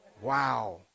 wow